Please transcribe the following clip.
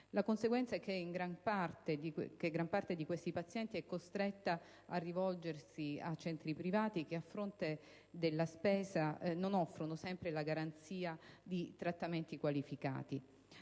la conseguenza che gran parte di questi pazienti è costretta a rivolgersi a centri privati, i quali però a fronte della spesa non sempre offrono la garanzia di trattamenti qualificati.